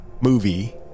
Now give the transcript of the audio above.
movie